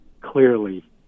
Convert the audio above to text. clearly